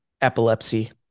epilepsy